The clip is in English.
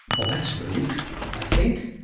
well that's a relief i think.